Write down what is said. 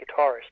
guitarist